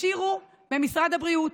השאירו במשרד הבריאות.